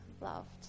loved